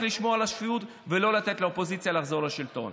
לשמור על השפיות ולא לתת לאופוזיציה לחזור לשלטון.